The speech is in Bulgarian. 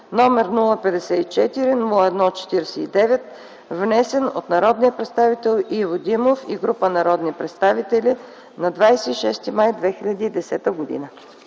№ 054- 01- 49, внесен от народния представител Иво Димов и група народни представители на 26 май 2010 г.”